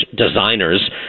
Designers